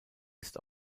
ist